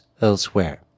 elsewhere